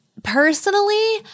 Personally